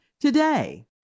today